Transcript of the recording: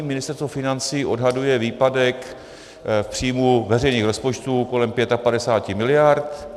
Ministerstvo financí odhaduje výpadek příjmů veřejných rozpočtů kolem 55 mld.